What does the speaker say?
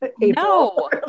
No